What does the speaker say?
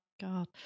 God